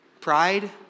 Pride